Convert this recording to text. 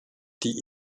die